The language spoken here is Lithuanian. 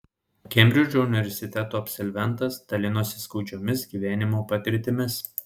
kembridžo universiteto absolventas dalinosi skaudžiomis gyvenimo patirtimis